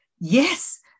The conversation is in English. yes